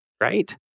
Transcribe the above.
right